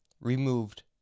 removed